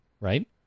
right